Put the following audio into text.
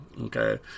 okay